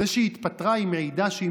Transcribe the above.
בזה שהיא התפטרה היא מעידה על כך שהיא